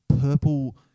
purple